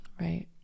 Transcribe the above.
right